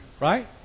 Right